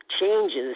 changes